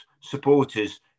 supporters